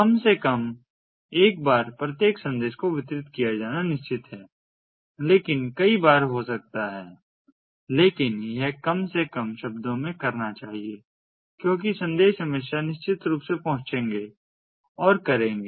कम से कम एक बार प्रत्येक संदेश को वितरित किया जाना निश्चित है लेकिन कई बार हो सकता है लेकिन यह कम से कम शब्दों में करना चाहिए क्योंकि संदेश हमेशा निश्चित रूप से पहुंचेंगे और करेंगे